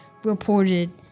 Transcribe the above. Reported